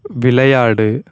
விளையாடு